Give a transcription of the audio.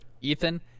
Ethan